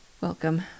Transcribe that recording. Welcome